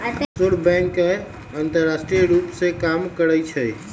offshore bank अंतरराष्ट्रीय रूप से काम करइ छइ